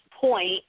point